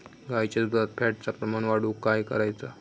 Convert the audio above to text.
गाईच्या दुधात फॅटचा प्रमाण वाढवुक काय करायचा?